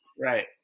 right